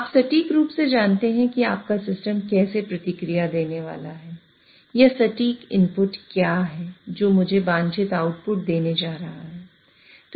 आप सटीक रूप से जानते हैं कि आपका सिस्टम कैसे प्रतिक्रिया देने वाला है या सटीक इनपुट क्या है जो मुझे वांछित आउटपुट देने जा रहा है